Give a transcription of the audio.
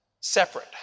separate